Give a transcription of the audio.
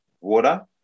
water